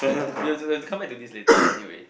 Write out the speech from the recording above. we will we will have to come back to this later anyway